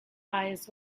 eyes